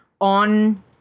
on